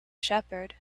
shepherd